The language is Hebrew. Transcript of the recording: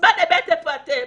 בזמן אמת איפה אתם?